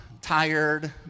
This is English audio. tired